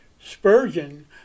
Spurgeon